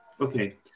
Okay